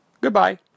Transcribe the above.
Goodbye